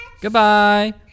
Goodbye